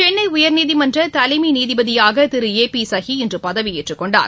சென்னை உயர்நீதிமன்ற தலைமை நீதிபதியாக திரு ஏ பி சஹி இன்று பதவியேற்று கொண்டார்